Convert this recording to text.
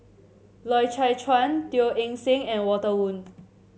Loy Chye Chuan Teo Eng Seng and Walter Woon